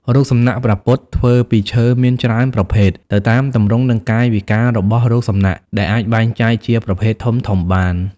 រូបសំណាកព្រះពុទ្ធធ្វើពីឈើមានច្រើនប្រភេទទៅតាមទម្រង់និងកាយវិការរបស់រូបសំណាក ដែលអាចបែងចែកជាប្រភេទធំៗបាន។